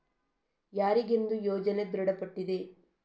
ಯಾರಿಗೆಂದು ಯೋಜನೆ ದೃಢಪಟ್ಟಿದೆ?